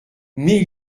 mais